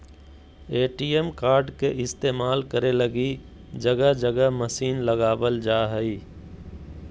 ATM card के इस्तेमाल करे लगी जगह जगह मशीन लगाबल जा हइ